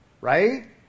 Right